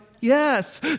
yes